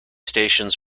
stations